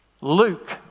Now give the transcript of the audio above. Luke